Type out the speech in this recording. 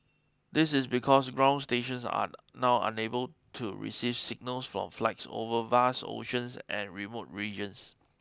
this is because ground stations are now unable to receive signals from flights over vast oceans and remote regions